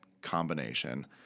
combination